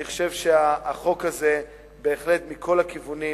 אני חושב שהחוק הזה, בהחלט, מכל הכיוונים,